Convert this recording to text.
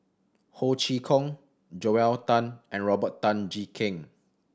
Ho Chee Kong Joel Tan and Robert Tan Jee Keng